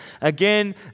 again